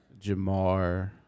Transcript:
Jamar